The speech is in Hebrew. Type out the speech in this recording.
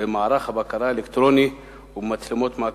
במערך הבקרה האלקטרוני ומצלמות מעקב.